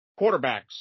quarterbacks